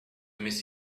miss